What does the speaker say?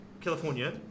California